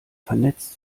vernetzt